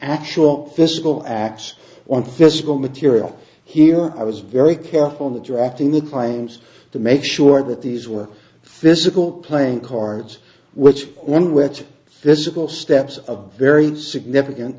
actual physical actions on physical material here i was very careful in the drafting the claims to make sure that these were physical playing cards which one which physical steps of very significant